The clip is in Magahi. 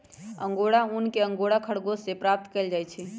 अंगोरा ऊन एक अंगोरा खरगोश से प्राप्त कइल जाहई